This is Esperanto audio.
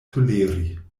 toleri